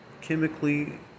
chemically